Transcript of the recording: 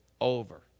over